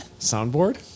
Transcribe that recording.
soundboard